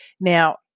Now